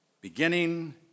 Beginning